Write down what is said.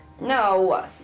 No